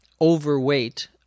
overweight